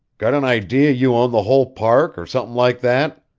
got an idea you own the whole park, or something like that?